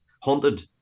haunted